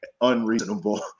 unreasonable